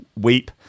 weep